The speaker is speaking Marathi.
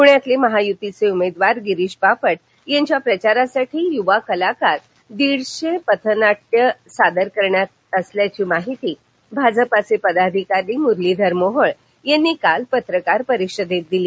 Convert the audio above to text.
पृण्यातले महायुतीचे उमेदवार गिरीश बापट यांच्या प्रचारासाठी युवा कलाकार दीडशे पथनाट्य सादर करणार असल्याची माहिती भाजपचे पदाधिकारी मुरलीधर मोहोळ यांनी काल पत्रकार परिषदेत दिली